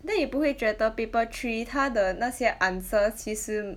then 你不会觉得 paper three 他的那些 answers 其实 mm